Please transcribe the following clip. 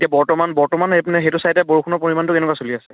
বৰ্তমান সেইপিনে সেইটো চাইডে বৰষুণৰ পৰিমাণটো কেনেকুৱা চলি আছে